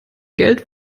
geld